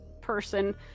person